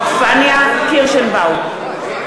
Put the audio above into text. כל הכבוד, יש עדיין חברי כנסת,